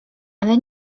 ale